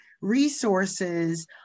resources